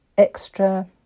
extra